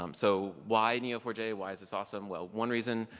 um so why n e o four j? why is this awesome? well, one reason,